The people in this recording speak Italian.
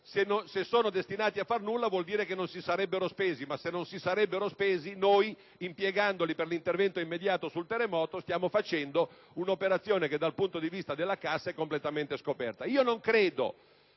non sono destinate a far nulla vuol dire che non si sarebbero spese, ma se non si fossero spese noi, impiegandoli per un intervento immediato sul terremoto, stiamo facendo un'operazione che dal punto di vista della cassa è completamente scoperta.